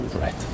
Right